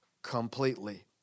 completely